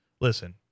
listen